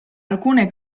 alcune